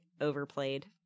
overplayed